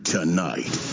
Tonight